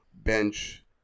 Bench